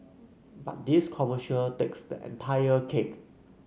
but this commercial takes the entire cake